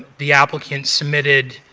the applicant submitted